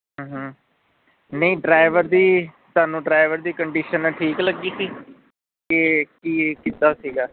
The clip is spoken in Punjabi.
ਨਹੀਂ ਡਰਾਈਵਰ ਦੀ ਤੁਹਾਨੂੰ ਡਰਾਈਵਰ ਦੀ ਕੰਡੀਸ਼ਨ ਠੀਕ ਲੱਗੀ ਸੀ ਕਿ ਕੀ ਕਿੱਦਾਂ ਸੀਗਾ